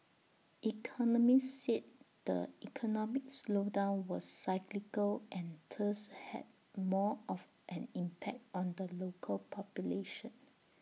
economists said the economic slowdown was cyclical and thus had more of an impact on the local population